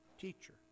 teacher